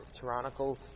tyrannical